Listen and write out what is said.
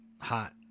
hot